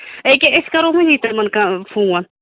أکہِ أسۍ کَرو وُنی تِمن فون